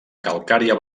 calcària